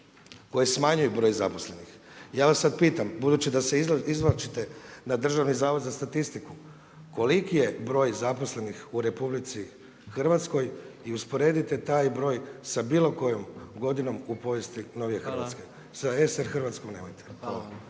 koji smanjuju broj zaposlenih. Ja vas sad pitam, budući da se izvlačite na Državni zavod za statistiku, koliki je broj zaposlenih u RH i usporedite taj broj sa bilo kojom godinom u povijesti novije Hrvatske. Sa …/Govornik se